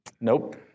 Nope